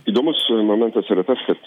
įdomus momentas yra tas kad